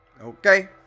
Okay